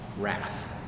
wrath